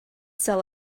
sell